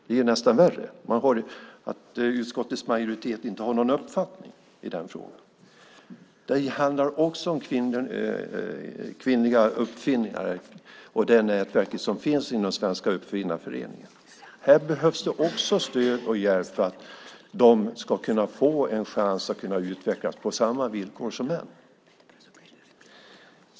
Det är nästan värre att utskottets majoritet inte har någon uppfattning i den frågan. Det handlar också om kvinnliga uppfinningar och det nätverk som finns inom Svenska Uppfinnarföreningen. Här behövs också stöd och hjälp för att de ska få en chans att utvecklas på samma villkor som män.